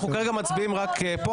אנחנו כרגע מצביעים רק פה.